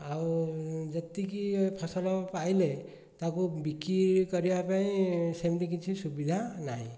ଆଉ ଯେତିକି ଫସଲ ପାଇଲେ ତାକୁ ବିକ୍ରି କରିବା ପାଇଁ ସେମିତି କିଛି ସୁବିଧା ନାହିଁ